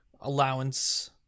allowance